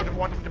one